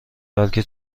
بلکه